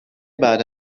بعد